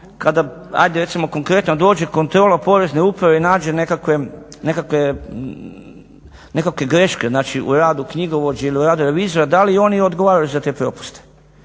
kada ajde recimo konkretno dođe kontrola Porezne uprave i nađe nekakve greške znači u radu knjigovođe ili u radu revizora, da li oni odgovaraju za te propuste.